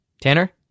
Tanner